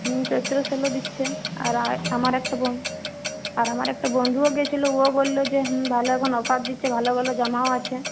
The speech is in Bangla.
হুম চৈত্র সেলও দিচ্ছে আর আর আমার একটা বোন আর আমার একটা বন্ধুও গেছিলো ও বললো যে হুম ভালোই এখন অফার দিচ্ছে ভালো ভালো জামাও আছে